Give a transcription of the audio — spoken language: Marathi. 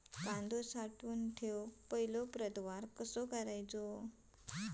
कांदो साठवून ठेवुच्या पहिला प्रतवार कसो करायचा?